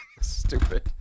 Stupid